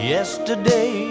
Yesterday